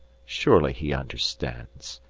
surely he understands.